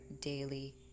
daily